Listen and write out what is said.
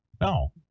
No